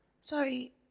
Sorry